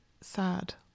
sad